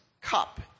cup